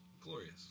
glorious